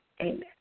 amen